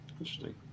Interesting